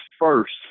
first